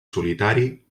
solitari